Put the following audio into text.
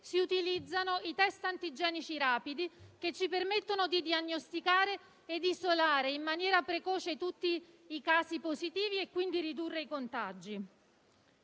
si utilizzano i test antigenici rapidi, che ci permettono di diagnosticare ed isolare in maniera precoce tutti i casi positivi e quindi ridurre i contagi.